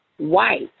White